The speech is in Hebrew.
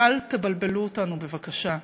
ואל תבלבלו אותנו, בבקשה.